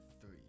three